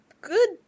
good